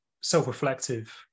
self-reflective